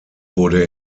wurde